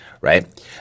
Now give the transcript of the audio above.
right